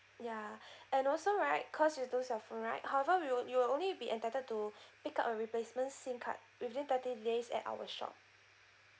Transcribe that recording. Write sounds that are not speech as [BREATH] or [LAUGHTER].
ya [BREATH] and also right cause you lose your phone right however we will you'll only be entitled to pick up a replacement SIM card within thirty days at our shop